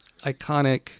iconic